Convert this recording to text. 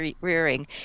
rearing